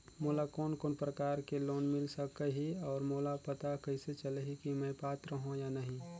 मोला कोन कोन प्रकार के लोन मिल सकही और मोला पता कइसे चलही की मैं पात्र हों या नहीं?